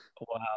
Wow